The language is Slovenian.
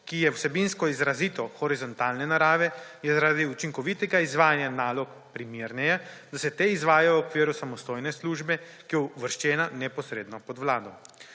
ki je vsebinsko izrazito horizontalne narave, je zaradi učinkovitega izvajanja nalog primerneje, da se te izvajajo v okviru samostojne službe, ki je uvrščena neposredno pod vlado.